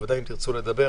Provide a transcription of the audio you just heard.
בוודאי אם תרצו לדבר